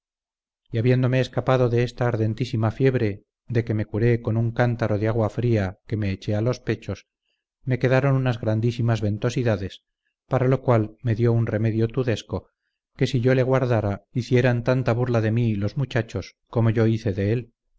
y habiéndome escapado de esta ardentísima fiebre de que me curé con un cántaro de agua fría que me eché a los pechos me quedaron unas grandísimas ventosidades para lo cual me dió un remedio tudesco que si yo le guardara hicieran tanta burla de mí los muchachos como yo hice de él